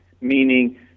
meaning